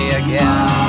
again